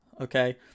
okay